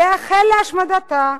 לייחל להשמדתה,